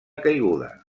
caiguda